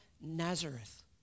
Nazareth